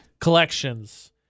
Collections